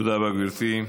תודה רבה, גברתי.